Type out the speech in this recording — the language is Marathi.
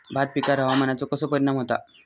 भात पिकांर हवामानाचो कसो परिणाम होता?